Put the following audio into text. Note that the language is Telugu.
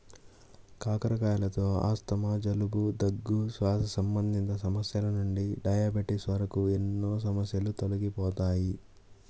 కాకరకాయలతో ఆస్తమా, జలుబు, దగ్గు, శ్వాస సంబంధిత సమస్యల నుండి డయాబెటిస్ వరకు ఎన్నో సమస్యలు తొలగిపోతాయి